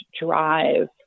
drive